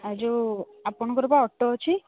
ଆଉ ଯେଉଁ ଆପଣଙ୍କର ବା ଅଟୋ ଅଛି